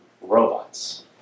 Robots